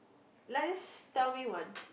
like just tell me one